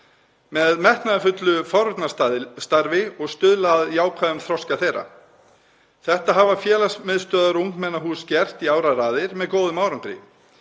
með metnaðarfullu forvarnastarfi og með því að stuðla að jákvæðum þroska þeirra. Þetta hafa félagsmiðstöðvar og ungmennahús gert í áraraðir með góðum árangri.